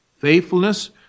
faithfulness